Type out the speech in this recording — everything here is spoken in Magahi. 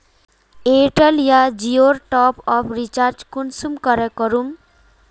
एयरटेल या जियोर टॉपअप रिचार्ज कुंसम करे करूम?